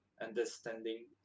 understanding